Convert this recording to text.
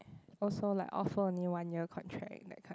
also like offer only one year contract that kind